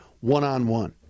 one-on-one